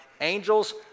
angels